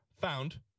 found